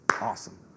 Awesome